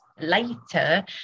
later